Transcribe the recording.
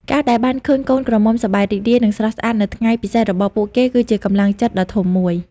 ការដែលបានឃើញកូនក្រមុំសប្បាយរីករាយ និងស្រស់ស្អាតនៅថ្ងៃពិសេសរបស់ពួកគេ គឺជាកម្លាំងចិត្តដ៏ធំមួយ។